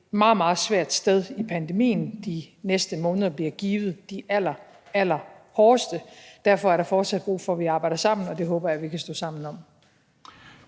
meget svært sted i pandemien. De næste måneder bliver givet de allerallerhårdeste. Derfor er der fortsat brug for, at vi arbejder sammen, og det håber jeg at vi kan stå sammen om.